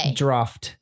draft